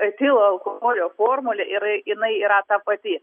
etilo alkoholio formulė yra jinai yra ta pati